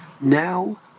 now